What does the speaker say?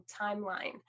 timeline